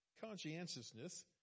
Conscientiousness